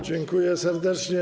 Dziękuję serdecznie.